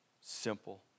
Simple